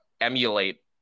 emulate